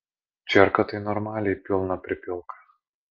čierką tai normaliai pilną pripilk